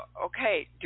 okay